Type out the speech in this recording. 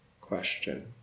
question